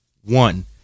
one